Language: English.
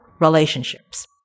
relationships